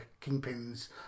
Kingpin's